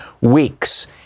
weeks